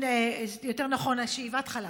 יותר נכון שאיבת החלב,